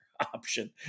option